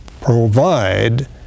provide